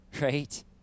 right